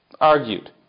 argued